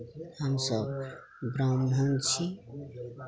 हमसब ब्राह्मण छी